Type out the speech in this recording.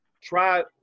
try